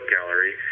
Gallery